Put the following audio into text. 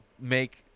Make